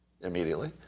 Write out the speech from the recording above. immediately